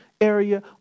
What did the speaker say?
area